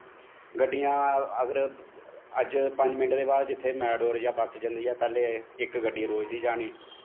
गड्डियां अगर अज्ज पंज मैन्ट दे बाद जित्थें मैटाडोर जां बस जंदी ऐ उत्थें इक्क गड्डी रोज़ दी जानी